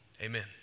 Amen